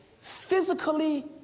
Physically